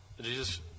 Jesus